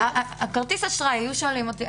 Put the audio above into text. כרטיס אשראי אם היו שואלים אותי,